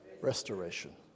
restoration